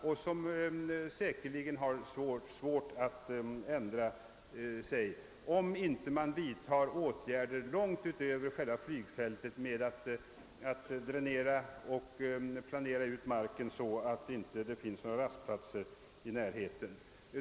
Det är säkerligen svårt att ändra på det förhållandet, om man inte vidtar åtgärder långt utanför själva flygfältet genom att dränera och planera ut marken så att det inte finns några rastplatser i närheten.